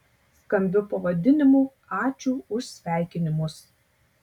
skambiu pavadinimu ačiū už sveikinimus